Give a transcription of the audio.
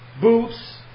boots